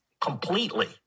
completely